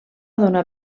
donar